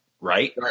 right